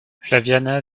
flaviana